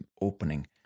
opening